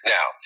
Now